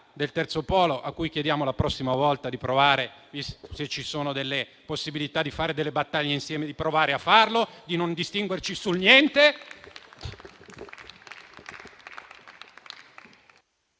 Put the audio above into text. del Terzo polo, a cui chiediamo, per la prossima volta, se c'è la possibilità di fare delle battaglie insieme, di provare a farlo e di non distinguerci sul niente.